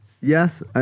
Yes